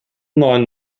neuen